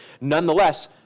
Nonetheless